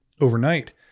overnight